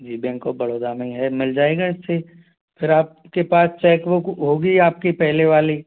ji bank of Baroda में ही है मिल जाएगा इस पर फिर आपके पास चेक बुक होगी आपकी पहले वाली